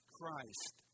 Christ